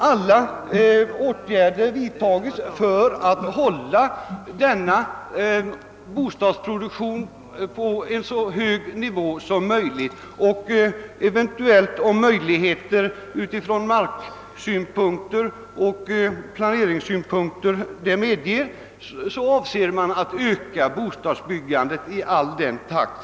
Alla åtgärder vidtages för att hålla bostadsproduktionen på en så hög nivå som möjligt även i fortsättningen. Om marktillgång och planeringsmöjligheter det medger, avser vi att öka bostadsbyggandet i rask takt.